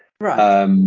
Right